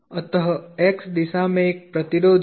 अतः x दिशा में एक प्रतिरोध है